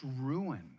ruin